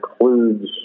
includes